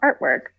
artwork